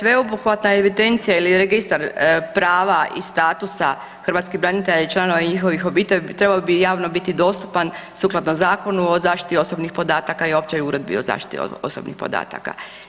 Dakle, sveobuhvatna evidencija ili registar prava i statusa hrvatskih branitelja i članova njihovih obitelji trebao bi javno biti dostupan sukladno Zakonu o zaštiti osobnih podataka i općoj uredbi o zaštiti osobnih podataka.